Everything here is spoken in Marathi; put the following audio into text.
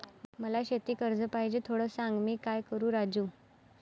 मला शेती कर्ज पाहिजे, थोडं सांग, मी काय करू राजू?